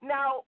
Now